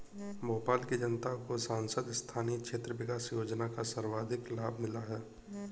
भोपाल की जनता को सांसद स्थानीय क्षेत्र विकास योजना का सर्वाधिक लाभ मिला है